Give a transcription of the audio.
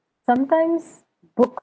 sometimes books